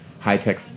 high-tech